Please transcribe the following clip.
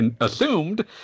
assumed